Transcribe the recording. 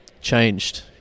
changed